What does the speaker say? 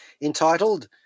entitled